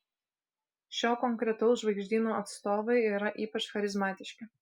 šio konkretaus žvaigždyno atstovai yra ypač charizmatiški